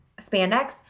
spandex